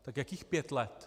Tak jakých pět let?